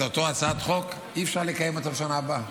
את אותה הצעת חוק אי-אפשר לקיים בשנה הבאה,